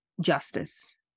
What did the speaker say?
justice